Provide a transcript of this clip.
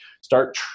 start